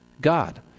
God